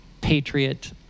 patriot